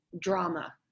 drama